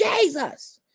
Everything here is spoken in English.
Jesus